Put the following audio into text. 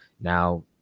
Now